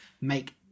make